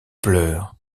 pleure